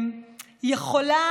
יכולה